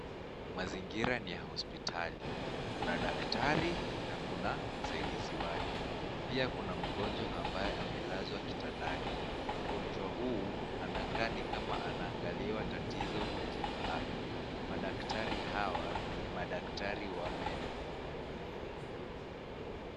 Mazingira ni ya hosipitali, kuna daktari na Kuna msaidizi wake. Pia Kuna mgonjwa ambaye amelazwa kitandani. Mgonjwa huu anakaa ni kama anaangaliwa tatizo Kwa jino lake. Madaktari hawa ni madaktari wa meno.